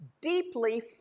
deeply